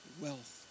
Wealth